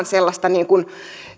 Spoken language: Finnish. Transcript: sellaista